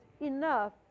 enough